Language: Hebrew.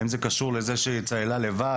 האם זה קשור לזה שהיא צללה לבד,